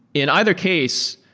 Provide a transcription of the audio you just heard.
in either case,